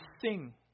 sing